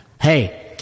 hey